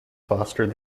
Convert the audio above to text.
fostered